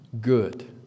good